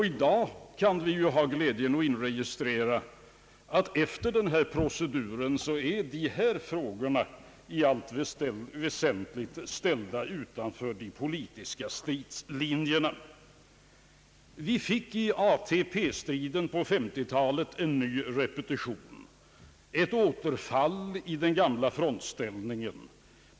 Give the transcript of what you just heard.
I dag har vi glädjen att inregistrera att efter denna procedur är dessa frågor i allt väsentlig ställda utanför de politiska stridslinjerna. Vi fick i ATP-striden på 1950-talet en ny repetition, ett återfall i den gamla frontställningen.